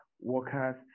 workers